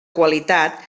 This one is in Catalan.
qualitat